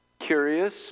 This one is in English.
Curious